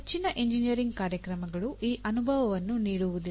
ಹೆಚ್ಚಿನ ಎಂಜಿನಿಯರಿಂಗ್ ಕಾರ್ಯಕ್ರಮಗಳು ಈ ಅನುಭವವನ್ನು ನೀಡುವುದಿಲ್ಲ